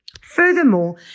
Furthermore